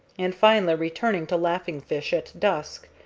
and finally returning to laughing fish at dusk,